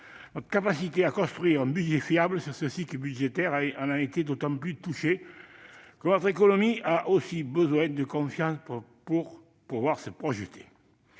Notre capacité à construire un budget fiable sur le cycle budgétaire est d'autant plus importante que notre économie a aussi besoin de confiance pour pouvoir se projeter.